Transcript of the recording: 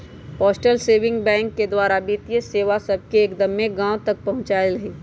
postal saving bank द्वारा वित्तीय सेवा सभके एक्दम्मे गाँव तक पहुंचायल हइ